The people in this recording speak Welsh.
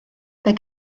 beth